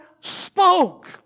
spoke